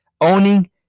owning